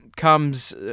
comes